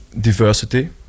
diversity